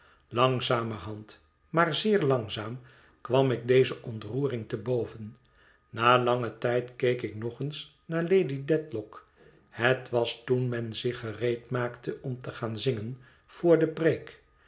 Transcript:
langzamerhand maar zeer langzaam kwam ik deze ontroering te boven na langen tijd keek ik nog eens naar lady dedlock het was toen men zich gereedmaakte om te gaan zingen voor de preek